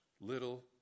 little